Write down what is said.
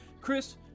Chris